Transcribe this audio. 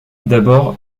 d’abord